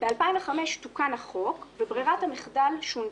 ב-2005 תוקן החוק וברירת המחדל שונתה.